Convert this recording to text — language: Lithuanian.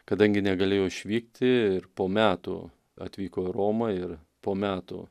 kadangi negalėjo išvykti ir po metų atvyko į romą ir po metų